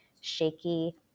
shaky